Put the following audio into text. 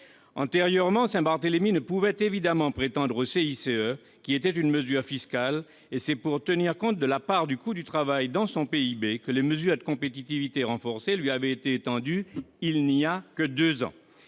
Antérieurement, Saint-Barthélemy ne pouvait évidemment prétendre au CICE, qui était une disposition fiscale. C'est pour tenir compte de la part du coût du travail dans son PIB que le bénéfice des mesures de compétitivité renforcée lui avait été accordé, il y a seulement deux ans.